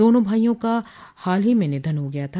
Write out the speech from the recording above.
दोनों भाइयों का हाल ही में निधन हो गया था